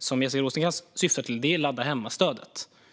som Jessica Rosencrantz syftar på - jag tror i och för sig att vi har ökat det - gäller ladda-hemma-stödet.